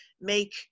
make